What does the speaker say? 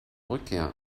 rückkehr